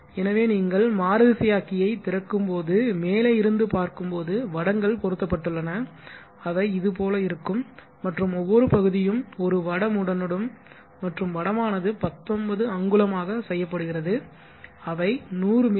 எனவே நீங்கள் மாறுதிசையாக்கியை திறக்கும்போது மேலே இருந்து பார்க்கும்போது வடங்கள் பொருத்தப்பட்டுள்ளன அவை இது போல இருக்கும் மற்றும் ஒவ்வொரு பகுதியும் ஒரு வடமுடனும் மற்றும் வடமானது 19 அங்குலமாக செய்யப்படுகிறது அவை 100 மி